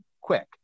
quick